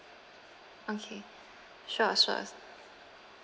okay sure sure